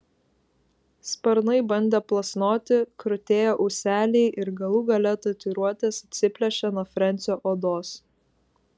sparnai bandė plasnoti krutėjo ūseliai ir galų gale tatuiruotės atsiplėšė nuo frensio odos